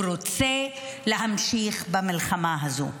הוא רוצה להמשיך במלחמה הזאת.